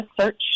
search